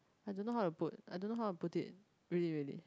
I don't know how to put I don't know how to put it really really